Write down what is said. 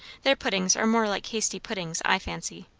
their puddings are more like hasty puddings, i fancy.